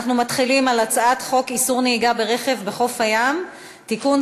אנחנו מתחילים בהצעת חוק איסור נהיגה ברכב בחוף הים (תיקון,